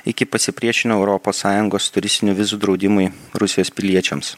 iki pasipriešino europos sąjungos turistinių vizų draudimai rusijos piliečiams